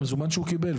המזומן שהוא קיבל.